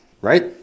right